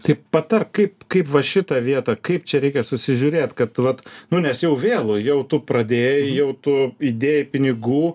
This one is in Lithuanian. tai patark kaip kaip va šitą vietą kaip čia reikia susižiūrėt kad vat nu nes jau vėlu jau tu pradėjai jau tu idėjai pinigų